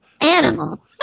animal